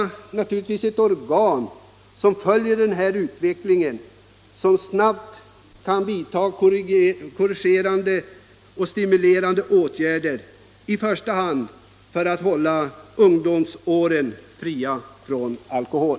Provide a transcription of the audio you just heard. Vi måste naturligtvis också skapa ett organ som följer utvecklingen och som snabbt kan vidta korrigerande och stimulerande åtgärder för att hålla ungdomsåren fria från alkohol.